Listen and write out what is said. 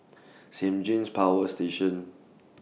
Saint James Power Station